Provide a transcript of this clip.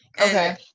Okay